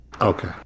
Okay